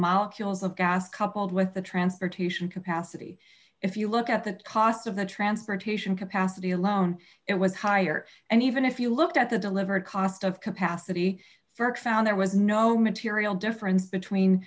molecules of gas coupled with the transportation capacity if you look at the cost of the transportation capacity alone it was higher and even if you looked at the delivered cost of capacity st found there was no material difference